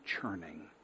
churning